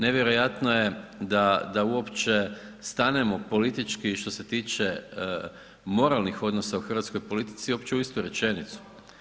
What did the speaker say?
Nevjerojatno je da uopće stanemo politički što se tiče moralnih odnosa u hrvatskoj politici uopće u istu rečenicu.